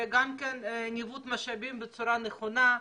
וגם כן ניווט משאבים בצורה נכונה.